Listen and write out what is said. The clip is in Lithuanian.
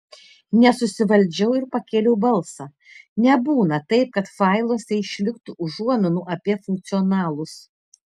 nesusivaldžiau ir pakėliau balsą nebūna taip kad failuose išliktų užuominų apie funkcionalus